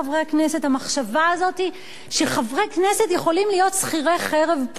המחשבה הזאת שחברי כנסת יכולים להיות שכירי חרב פוליטיים.